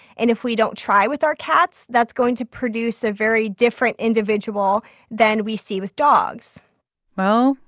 and if we don't try with our cats, that's going to produce a very different individual than we see with dogs well,